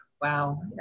wow